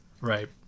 Right